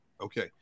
okay